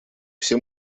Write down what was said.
все